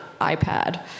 iPad